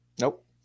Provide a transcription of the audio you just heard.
Nope